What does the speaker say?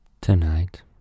Tonight